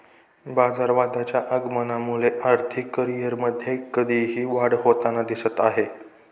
बाजारवादाच्या आगमनामुळे आर्थिक करिअरमध्ये कधीही वाढ होताना दिसत आहे